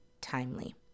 timely